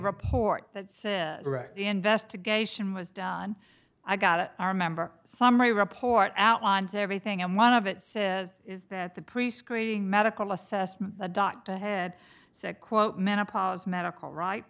report that says the investigation was done i got it remember summary report outlines everything and one of it says is that the prescreening medical assessment adot the head said quote menopause medical right